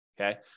Okay